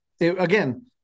again